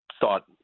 thought